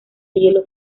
hielo